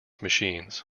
machines